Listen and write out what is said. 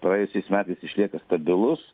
praėjusiais metais išlieka stabilus